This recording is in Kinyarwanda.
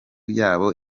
yaba